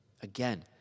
Again